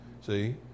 See